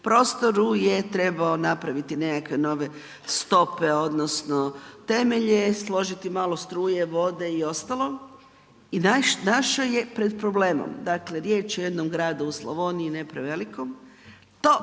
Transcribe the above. prostoru je trebao napraviti nekakve nove stope, odnosno temelje, složiti malo struje, vode i ostalo i našao je pred problemom. Dakle, riječ je o jednom gradu u Slavoniji, ne prevelikom. To